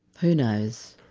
who knows?